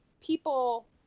people